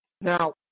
Now